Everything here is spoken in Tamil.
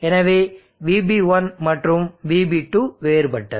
எனவே VB1 மற்றும் VB2 வேறுபட்டது